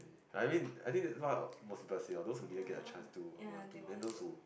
I mean I think that's what most people say like those who didn't get a chance would want to then those who